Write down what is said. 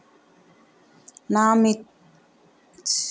నేను నా మిత్రుడి కి నా ఖాతా నుండి అతని ఖాతా కు డబ్బు ను ఎలా పంపచ్చు?